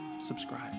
subscribe